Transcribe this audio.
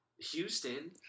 Houston